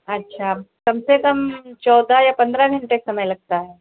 अच्छा कम से कम चौदह या पंद्रह घंटे समय लगता है